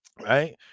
right